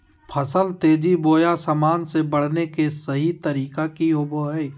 फसल तेजी बोया सामान्य से बढने के सहि तरीका कि होवय हैय?